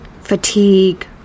fatigue